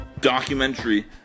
documentary